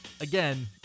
again